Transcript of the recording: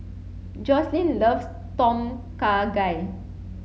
Joslyn loves Tom Kha Gai